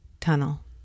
Tunnel